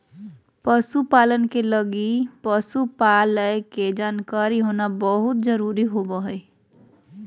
पशु पालन के लगी पशु पालय के जानकारी होना बहुत जरूरी होबा हइ